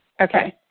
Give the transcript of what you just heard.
Okay